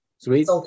Sweet